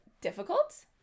difficult